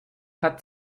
hat